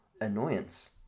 annoyance